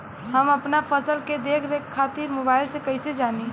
हम अपना फसल के देख रेख खातिर मोबाइल से कइसे जानी?